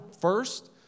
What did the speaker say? first